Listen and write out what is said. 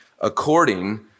according